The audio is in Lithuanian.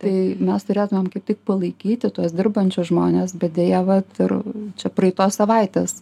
tai mes turėtumėm kaip tik palaikyti tuos dirbančius žmones bet deja vat ir čia praeitos savaitės